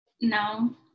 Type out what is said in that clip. No